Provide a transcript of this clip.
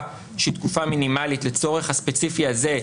שהיא תקופה מינימלית לצורך הספציפי הזה,